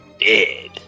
dead